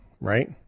right